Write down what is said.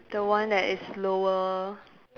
the one that is slower